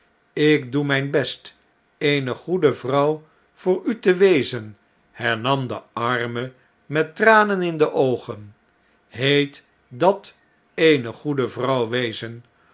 ik doe mijn best eene goede vrouw vooru te wezen hernam de arme met tranen in de oogen heet dat eene goede vrouw wezen